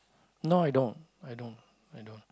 no i don't i don't i don't